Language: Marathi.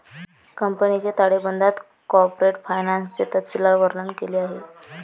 कंपनीच्या ताळेबंदात कॉर्पोरेट फायनान्सचे तपशीलवार वर्णन केले आहे